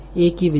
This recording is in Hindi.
एक ही विचार